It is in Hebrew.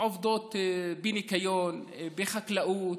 עובדות בניקיון, בחקלאות,